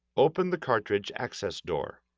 open the cartridge access door.